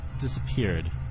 disappeared